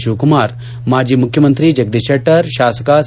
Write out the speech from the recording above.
ಶಿವಕುಮಾರ್ ಮಾಜಿ ಮುಖ್ಯಮಂತ್ರಿ ಜಗದೀಶ್ ಶೆಟ್ವರ್ ಶಾಸಕ ಸಿ